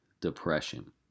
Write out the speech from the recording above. depression